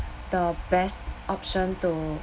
the best option to